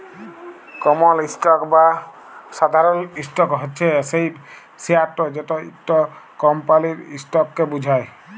কমল stock বা সাধারল stock হছে সেই শেয়ারট যেট ইকট কমপালির ইসটককে বুঝায়